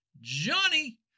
Johnny